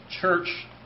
church